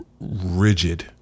rigid